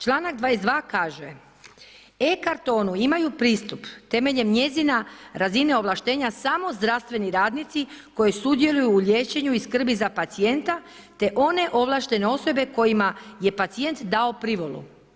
Čl. 22. kaže, e-kartonu imaju pristup temeljem njezina razine ovlaštenja samo zdravstveni radnici koji sudjeluju u liječenju i skrbi za pacijenta te one ovlaštene osobe kojima je pacijent dao privolu.